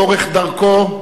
לאורך דרכו,